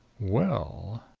well